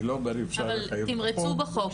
אני לא אומר שצריך לחייב --- אבל תמרצו בפורום.